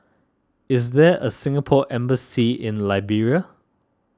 is there a Singapore Embassy in Liberia